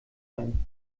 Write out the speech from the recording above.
sein